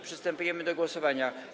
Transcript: Przystępujemy do głosowania.